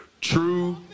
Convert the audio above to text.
true